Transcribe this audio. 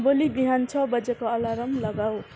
भोलि बिहान छ बजीको अलार्म लगाऊ